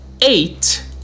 eight